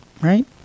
right